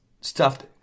stuffed